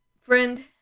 Friend